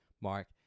Mark